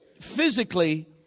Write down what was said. physically